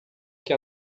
que